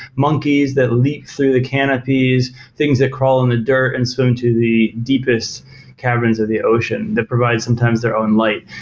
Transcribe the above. monkeys that leap through the canopies, things that crawl in a dirt and swim to the deepest cabins of the ocean that provides sometimes their own light.